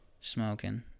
Smoking